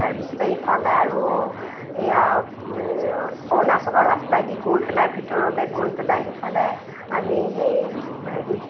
তাৰপিছতে এইফালে আৰু এইয়া অৰুণাচলৰ ৰাস্তাইদি গৈ পেলাই ভিতৰলৈ গৈ পেলাই সিফালে আমি হেই হেৰিত